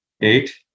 eight